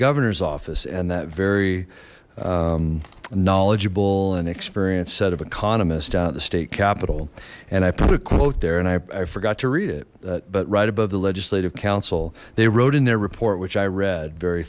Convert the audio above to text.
governor's office and that very knowledgeable and experienced set of economists out of the state capital and i put a quote there and i forgot to read it that but right above the legislative council they wrote in their report which i read very